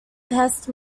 pest